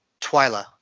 Twyla